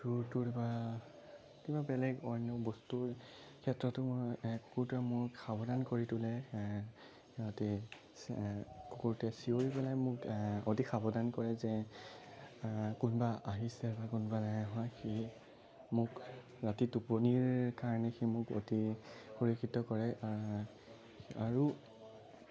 চোৰ তোৰ বা কিবা বেলেগ অন্য় বস্তুৰ ক্ষেত্ৰতো মই কুকুৰটোৱে মোক সাৱধান কৰি তোলে সিহঁতি কুকুৰটোৱে চিঞৰি পেলাই মোক অতি সাৱধান কৰে যে কোনোবা আহিছে বা কোনোবা নাই অহা সি মোক ৰাতি টোপনিৰ কাৰণে সি মোক অতি সুৰক্ষিত কৰে আৰু